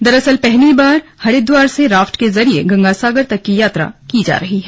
दरअसल पहली बार हरिद्वार से राफ्ट के जरिए गंगासागर तक की यात्रा की जा रही है